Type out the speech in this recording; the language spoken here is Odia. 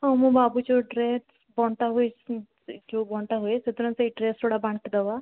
ହଁ ମୁଁ ଭାବୁଛି ଯେଉଁ ଡ୍ରେସ୍ ବଣ୍ଟା ହୁଏ ଯେଉଁ ବଣ୍ଟା ହୁଏ ସେଦିନ ସେଇ ଡ୍ରେସ୍ ଗୁଡ଼ା ବାଣ୍ଟି ଦେବା